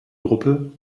gruppe